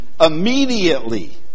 immediately